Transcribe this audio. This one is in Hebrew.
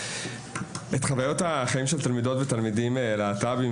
שמענו עכשיו,